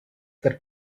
that